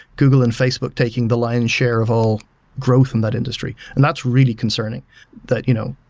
google and facebook taking the lion's share of all growth in that industry, and that's really concerning that you know